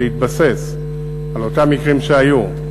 שהתבסס על אותם מקרים שהיו,